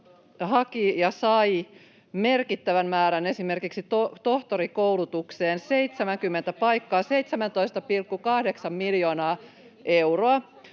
haki ja sai merkittävän määrän, esimerkiksi tohtorikoulutukseen 70 paikkaa, 17,8 miljoonaa euroa.